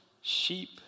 sheep